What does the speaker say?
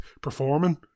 performing